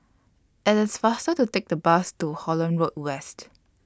IT IS faster to Take The Bus to Holland Road West